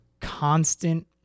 constant